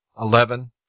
Eleven